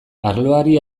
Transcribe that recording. arloari